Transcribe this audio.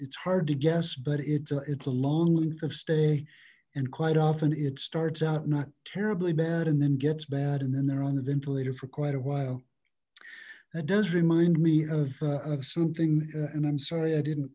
it's hard to guess but it's it's a long length of stay and quite often it starts out not terribly bad and then gets bad and then they're on the ventilator for quite a while that does remind me of something and i'm sorry i didn't